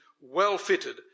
well-fitted